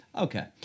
Okay